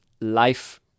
life